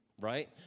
right